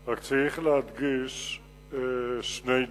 אבל צריך להדגיש שני דברים,